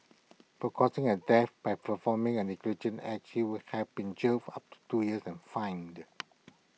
for causing A death by performing A negligent act she would have been jailed for up to two years and fined